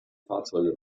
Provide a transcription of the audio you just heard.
fahrzeuge